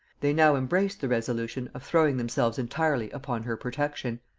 they now embraced the resolution of throwing themselves entirely upon her protection.